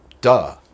duh